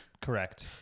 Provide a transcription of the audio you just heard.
correct